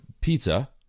pizza